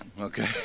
okay